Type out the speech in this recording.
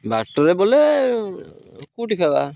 ବାଟରେ ବୋଲେ କୋଉଠି ଖାଇବା